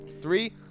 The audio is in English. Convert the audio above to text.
Three